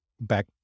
back